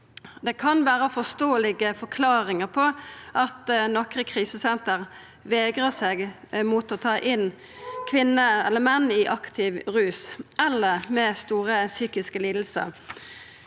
Det kan vera forståelege forklaringar på at nokre krisesenter vegrar seg for å ta inn kvinner og menn i aktiv rus eller med store psykiske lidingar.